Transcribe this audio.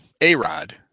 A-Rod